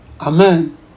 Amen